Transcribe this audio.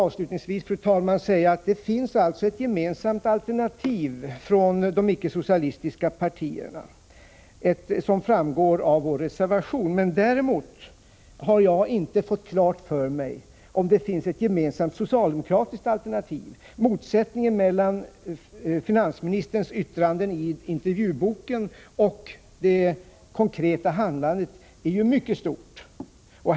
Avslutningsvis, fru talman, vill jag framhålla att det finns ett gemensamt alternativ från de icke-socialistiska partierna, vilket framgår av vår reservation. Däremot har jag inte fått klart för mig om det finns ett gemensamt socialdemokratiskt alternativ. Motsättningen mellan finansministerns yttranden i intervjuboken och det konkreta handlandet är ju mycket stor.